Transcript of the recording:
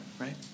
right